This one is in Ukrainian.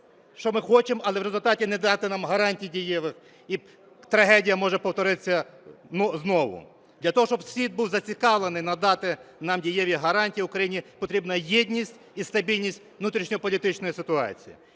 що ми хочемо, але в результаті не дати нам гарантій дієвих і трагедія може повторитися знову. Для того, щоб світ був зацікавлений надати нам дієві гарантії, Україні, потрібна єдність і стабільність внутрішньополітичної ситуації.